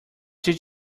did